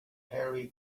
harry